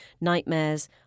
nightmares